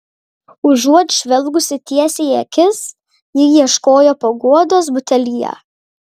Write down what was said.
užuot žvelgusi tiesai į akis ji ieškojo paguodos butelyje